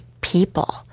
people